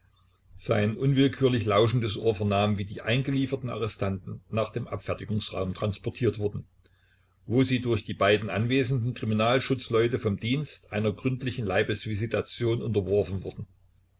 sein unwillkürlich lauschendes ohr vernahm wie die eingelieferten arrestanten nach dem abfertigungsraum transportiert wurden wo sie durch die beiden anwesenden kriminalschutzleute vom dienst einer gründlichen leibesvisitation unterworfen wurden